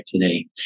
today